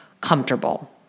comfortable